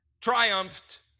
triumphed